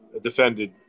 defended